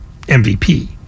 MVP